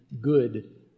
good